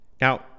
Now